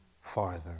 Farther